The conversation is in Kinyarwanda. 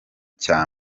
cya